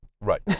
Right